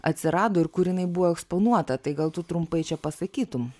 atsirado ir kur jinai buvo eksponuota tai gal tu trumpai čia pasakytum